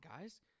guys